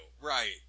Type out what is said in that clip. right